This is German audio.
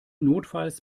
notfalls